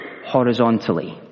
horizontally